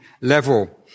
level